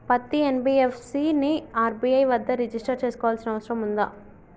పత్తి ఎన్.బి.ఎఫ్.సి ని ఆర్.బి.ఐ వద్ద రిజిష్టర్ చేసుకోవాల్సిన అవసరం ఉందా?